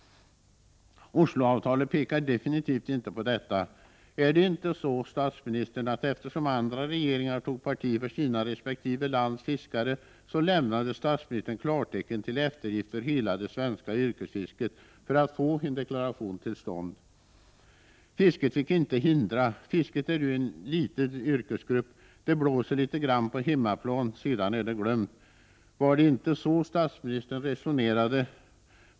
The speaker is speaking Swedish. Osloavtalet pekar definitivt inte på detta. Är det inte så att statsministern, eftersom andra regeringar tog parti för resp. länders fiskare, lämnade klartecken till eftergift för hela det svenska yrkesfisket för att få en deklaration till stånd? Fisket fick inte hindra! Fiskarna är ju en liten yrkesgrupp. Det blåser litet grand på hemmaplan, sedan är det glömt — var det inte så statsministern resonerade?